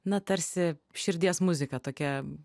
na tarsi širdies muzika tokia